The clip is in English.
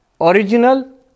Original